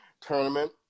tournament